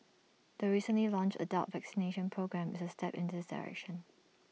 the recently launched adult vaccination programme is A step in this direction